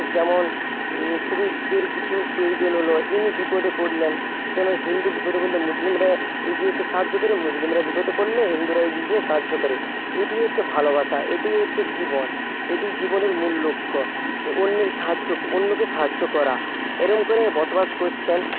যেমন খুবই এর কিছু প্রয়োজন হলো ইনি বিপদে পড়লেন হিন্দু বিপদে পড়লে মুসলিমরা এগিয়ে এসে সাহায্য করে মুসলিমরা বিপদে পড়লে হিন্দুরা এগিয়ে গিয়ে সাহায্য করে এটি হচ্ছে ভালোবাসা এটি হচ্ছে জীবন এটি জীবনের মূল লক্ষ্য অন্যের সাহায্য অন্যকে সাহায্য করা এরকম করে বসবাস করছেন